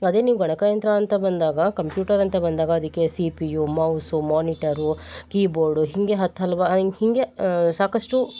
ಅದೇ ನೀವು ಗಣಕಯಂತ್ರ ಅಂತ ಬಂದಾಗ ಕಂಪ್ಯೂಟರ್ ಅಂತ ಬಂದಾಗ ಅದಕ್ಕೆ C P U mouse monitor keyboard ಹೀಗೆ ಹತ್ತು ಹಲ್ವಾರು ಹಿಂಗ್ ಹೀಗೇ ಸಾಕಷ್ಟು